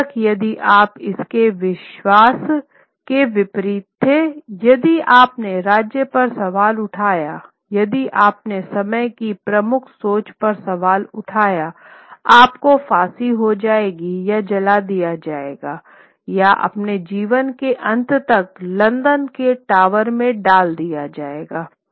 अब तक यदि आप इसके विश्वास के विपरीत थे यदि आपने राज्य पर सवाल उठाया यदि आपने समय की प्रमुख सोच पर सवाल उठाया आप को फांसी हो जाएगी या जला दिया जाएगा या अपने जीवन के अंत तक लंदन के टावर में डाल दिया जाएगा